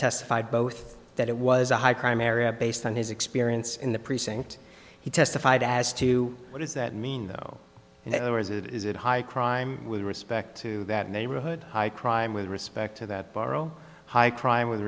testified both that it was a high crime area based on his experience in the precinct he testified as to what does that mean though and it was it is it high crime with respect to that neighborhood high crime with respect to that borrow high crime with